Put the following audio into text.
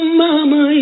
mama